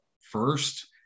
first